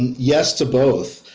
yes to both